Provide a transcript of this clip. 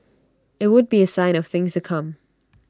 IT would be A sign of things to come